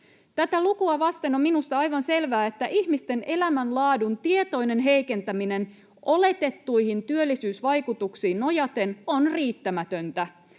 Tätä lukua vasten on minusta aivan selvää, että ihmisten elämänlaadun tietoinen heikentäminen oletettuihin työllisyysvaikutuksiin nojaten on riittämätöntä.